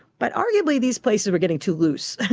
but arguably these places were getting too loose,